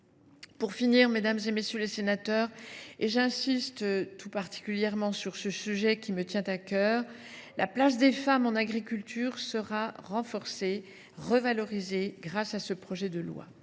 Pour conclure, mesdames, messieurs les sénateurs – et j’insiste tout particulièrement sur ce sujet qui me tient à cœur –, la place des femmes en agriculture sera renforcée et revalorisée grâce à ce projet de loi.